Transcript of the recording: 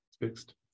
fixed